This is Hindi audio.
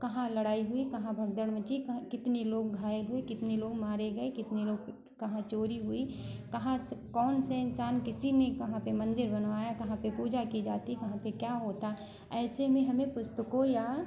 कहाँ लड़ाई हुई कहाँ भगदड़ मची को कितने लोग घायल हुए कितने लोग मारे गए कितने लोग कहाँ चोरी हुई कहाँ सब कौन से इन्सान किसी में कहाँ पे मंदिर बनवाया कहाँ पे पूजा की जाती कहाँ पे क्या होता ऐसे में हमें पुस्तकों या